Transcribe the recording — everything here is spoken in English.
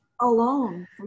alone